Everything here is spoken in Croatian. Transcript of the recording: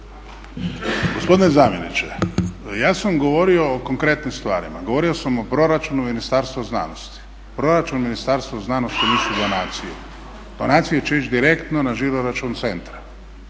Gospodine zamjeniče ja sam govorio o konkretnim stvarima. Govorio sam o proračunu Ministarstva znanosti. Proračun Ministarstva znanosti nisu donacije. Donacije će ići direktno na žiro račun centra.